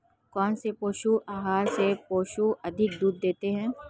कौनसे पशु आहार से पशु अधिक दूध देते हैं?